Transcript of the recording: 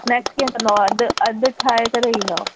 snacks कीअं कंदो अधि अधि ठाहे करे ईंदो